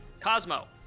Cosmo